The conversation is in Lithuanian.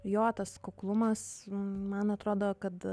jo tas kuklumas man atrodo kad